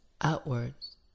outwards